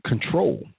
control